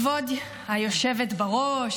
כבוד היושבת-ראש,